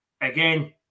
again